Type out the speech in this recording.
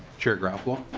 chair garofalo.